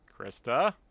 Krista